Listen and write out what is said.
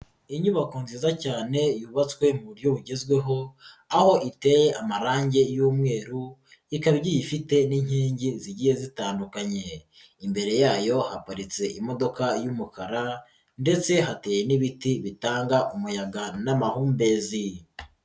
Inyubako nziza cyane yubatswe mu buryo bugezweho aho iteye amarangi y'umweru ikaba ifite n'inkingi zigiye zitandukanye, imbere yayo haparitse imodoka y'umukara ndetse hateye n'ibiti bitanga umuyaga n'amahumbezi.